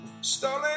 Stolen